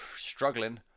struggling